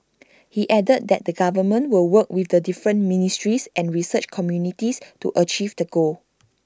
he added that the government will work with the different ministries and research communities to achieve the goal